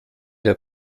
der